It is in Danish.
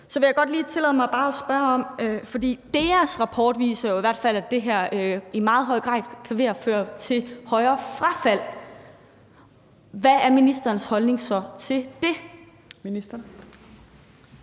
Så vil jeg bare godt lige tillade mig at spørge om noget, for DEAs rapport viser jo i hvert fald, at det her i meget høj grad kan føre til et højere frafald. Hvad er så ministerens holdning til det?